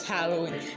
Halloween